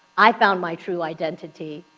i found my true identity,